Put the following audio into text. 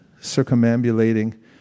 circumambulating